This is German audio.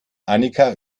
annika